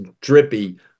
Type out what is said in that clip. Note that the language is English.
drippy